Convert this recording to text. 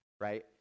Right